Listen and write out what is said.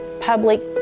public